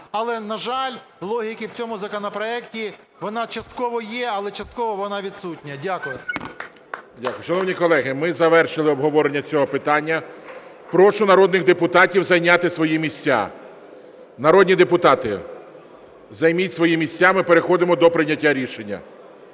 але, на жаль, логіки в цьому законопроекті… вона частково є, але частково вона відсутня. Дякую. ГОЛОВУЮЧИЙ. Дякую. Шановні колеги, ми завершили обговорення цього питання. Прошу народних депутатів зайняти свої місця. Народні депутати, займіть свої місця, ми переходимо до прийняття рішення.